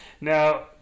Now